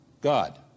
God